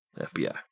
FBI